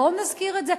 בואו נזכיר את זה.